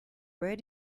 where